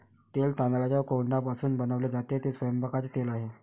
तेल तांदळाच्या कोंडापासून बनवले जाते, ते स्वयंपाकाचे तेल आहे